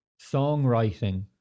Songwriting